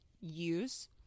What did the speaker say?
use